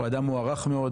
הוא אדם מוערך מאוד,